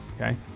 Okay